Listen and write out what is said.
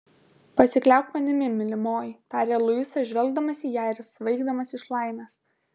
pasikliauk manimi mylimoji tarė luisas žvelgdamas į ją ir svaigdamas iš laimės